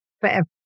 forever